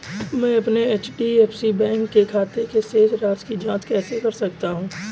मैं अपने HDFC bank के खाते की शेष राशि की जाँच कैसे कर सकता हूँ?